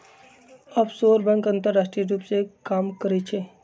offshore bank अंतरराष्ट्रीय रूप से काम करइ छइ